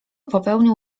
popełnił